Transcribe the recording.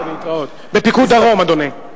בפיקוד דרום, אדוני.